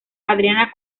adriana